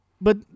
but-